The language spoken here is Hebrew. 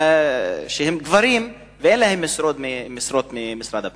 שהם גברים ואין להם משרות ממשרד הפנים.